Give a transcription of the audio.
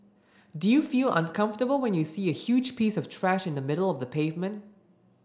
do you feel uncomfortable when you see a huge piece of trash in the middle of the pavement